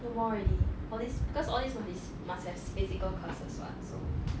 no more already all these because all these must be s~ must have physical classes [what] so